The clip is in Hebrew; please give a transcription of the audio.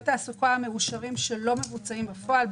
התעסוקה המאושרים שלא מבוצעים בפועל.